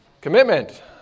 commitment